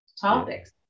topics